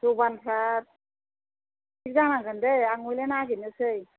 जबानफ्रा थि जानांगोन दै आं हले नागिरनोसै